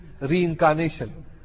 reincarnation